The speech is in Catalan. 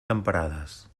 temperades